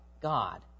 God